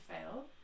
fail